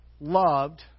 loved